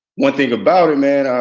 one thing about and man,